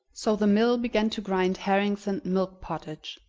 so the mill began to grind herrings and milk pottage,